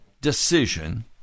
decision